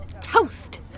Toast